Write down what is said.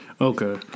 Okay